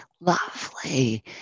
lovely